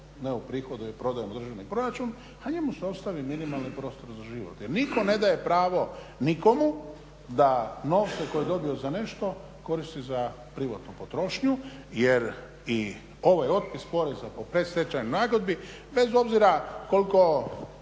neuprihoduje … državni proračun, a njemu se ostavi minimalni prostor za život. Jer nitko ne daje pravo nikomu da novce koje je dobio za nešto koristi za privatnu potrošnju jer i ovaj otpis poreza po predstačajnoj nagodbi bez obzira koliko